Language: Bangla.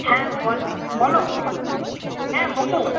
হ্যাঁ বল বলো হ্যাঁ বলো